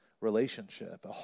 relationship